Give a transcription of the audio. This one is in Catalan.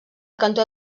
cantó